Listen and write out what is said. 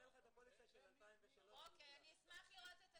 לך את הפוליסה של 2003 -- אני אשמח לראות את הדברים